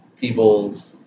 people's